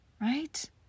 right